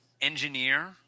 Engineer –